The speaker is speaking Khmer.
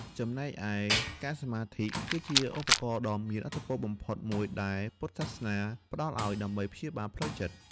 ចំណែកឯការសមាធិ គឺជាឧបករណ៍ដ៏មានឥទ្ធិពលបំផុតមួយដែលពុទ្ធសាសនាផ្ដល់ឱ្យ ដើម្បីព្យាបាលបញ្ហាផ្លូវចិត្ត។